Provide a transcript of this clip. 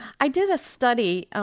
i did a study,